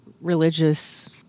religious